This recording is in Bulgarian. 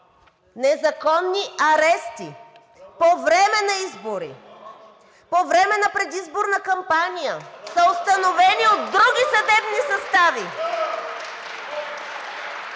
незаконни арести по време на избори, по време на предизборна кампания, установени от други съдебни състави.